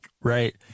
Right